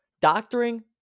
doctoring